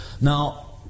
Now